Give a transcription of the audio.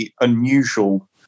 unusual